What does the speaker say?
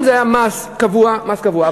אם זה היה מס קבוע, מס קבוע.